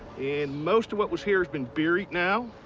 and most of what was here has been buried now.